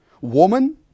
Woman